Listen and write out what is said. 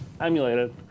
emulated